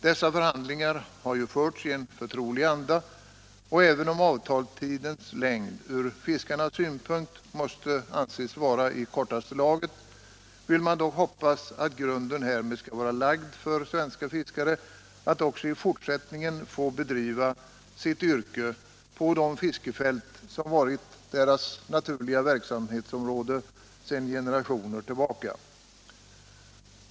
Dessa förhandlingar har ju förts i en förtrolig anda, och även om avtalstidens längd från fiskarenas synpunkt måste anses vara i kortaste laget, vill man dock hoppas att grunden härmed skall vara lagd för svenska fiskare att också i fortsättningen få bedriva sitt yrke på de fiskefält som har varit deras naturliga verksamhetsområde sedan generationer tillbaka.